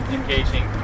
engaging